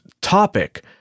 topic